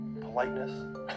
politeness